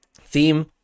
theme